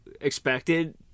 expected